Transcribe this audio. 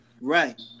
Right